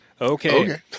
Okay